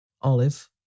Olive